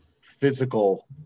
physical